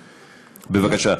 בבקשה.